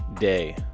day